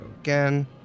again